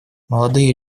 молодые